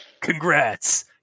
Congrats